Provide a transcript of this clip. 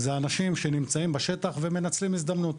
אלה אנשים שנמצאים בשטח ומנצלים הזדמנות.